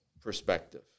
perspective